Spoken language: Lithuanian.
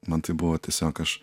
man tai buvo tiesiog aš